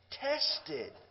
Tested